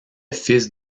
fils